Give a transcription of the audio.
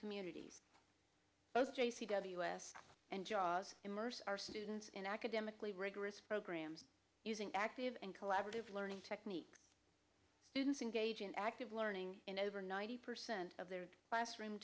communities both j c w s and jaws immerse our students in academically rigorous program using active and collaborative learning technique students engage in active learning in over ninety percent of their classroom